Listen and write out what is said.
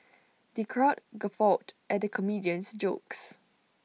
the crowd guffawed at the comedian's jokes